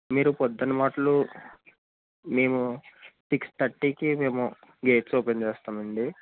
మీరు పొద్దున మాట్లు మేము సిక్స్ థర్టీకి మేము గేట్స్ ఓపెన్ చేస్తామండి